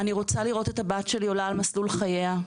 אני רוצה לראות את הבת שלי עולה על מסלול חייה,